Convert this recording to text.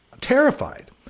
terrified